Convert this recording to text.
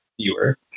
Viewer